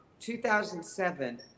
2007